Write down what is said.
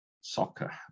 soccer